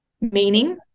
meaning